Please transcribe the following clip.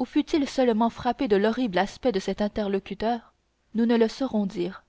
ou fut-il seulement frappé de l'horrible aspect de cet interlocuteur nous ne saurions le dire